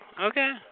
Okay